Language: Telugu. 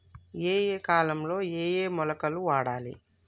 ఏయే కాలంలో ఏయే మొలకలు వాడాలి?